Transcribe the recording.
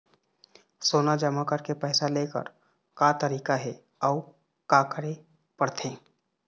सोना जमा करके पैसा लेकर का तरीका हे अउ का करे पड़थे?